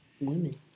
women